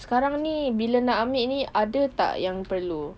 sekarang ini bila nak ambil ini ada tak yang perlu